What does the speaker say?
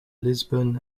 lisbon